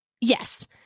Yes